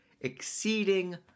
exceeding